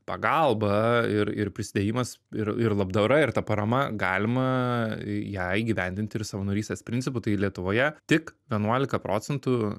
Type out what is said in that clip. pagalba ir ir prisidėjimas ir ir labdara ir ta parama galima ją įgyvendinti ir savanorystės principu tai lietuvoje tik vienuolika procentų